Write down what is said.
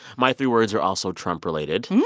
my three words are also trump related.